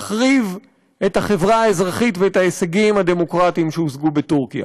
מחריב את החברה האזרחית ואת ההישגים הדמוקרטיים שהושגו בטורקיה,